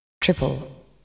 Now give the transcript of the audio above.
Triple